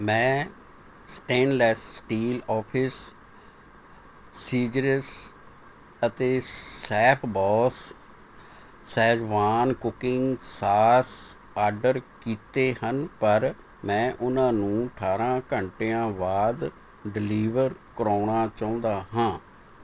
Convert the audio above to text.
ਮੈਂ stainless steel office scissors ਅਤੇ Chefboss Schezwan cooking sauce order ਕੀਤੇ ਹਨ ਪਰ ਮੈਂ ਉਹਨਾਂ ਨੂੰ ਅਠਾਰਾਂ ਘੰਟਿਆਂ ਬਾਅਦ ਡਿਲੀਵਰ ਕਰਵਾਉਣਾ ਚਾਹੁੰਦਾ ਹਾਂ